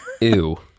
Ew